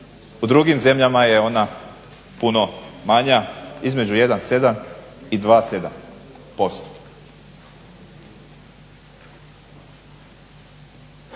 U drugim zemljama je ona puno manja, između 1,7 i 2,7%.